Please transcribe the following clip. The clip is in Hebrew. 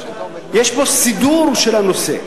יש פה סידור של הנושא.